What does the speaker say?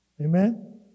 Amen